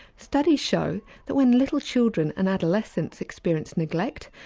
studies show that when little children and adolescents experience neglect,